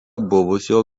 buvusio